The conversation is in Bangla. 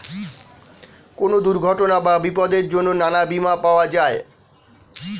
কোন দুর্ঘটনা বা বিপদের জন্যে নানা বীমা পাওয়া যায়